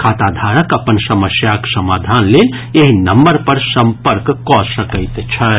खाताधारक अपन समस्याक समाधान लेल एहि नम्बर पर संपर्क कऽ सकैत छथि